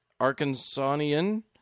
Arkansanian